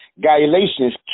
Galatians